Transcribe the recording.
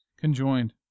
Conjoined